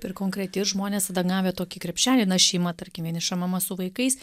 ir konkreti ir žmonės tada gavę tokį krepšelį na šeima tarkim vieniša mama su vaikais